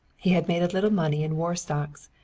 he had made a little money in war stocks,